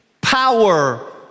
power